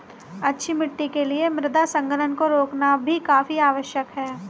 अच्छी मिट्टी के लिए मृदा संघनन को रोकना भी काफी आवश्यक है